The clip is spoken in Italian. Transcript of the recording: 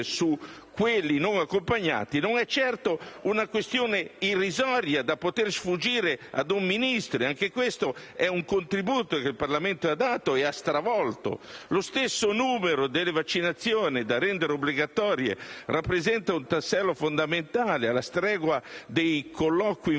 su quelli non accompagnati, non è certo una questione irrisoria da poter sfuggire a un Ministro. Anche questo è un contributo che il Parlamento ha dato, stravolgendo il testo. Lo stesso numero delle vaccinazioni da rendere obbligatorie rappresenta un tassello fondamentale, alla stregua dei colloqui informativi